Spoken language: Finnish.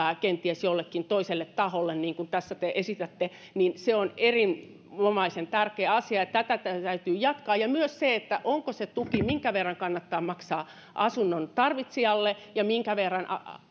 kenties jollekin toiselle taholle niin kun tässä te esitätte on erinomaisen tärkeä asia ja tätä täytyy jatkaa ja myös se minkä verran tukea kannattaa maksaa asunnon tarvitsijalle ja minkä verran